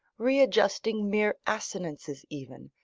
readjusting mere assonances even,